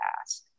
ask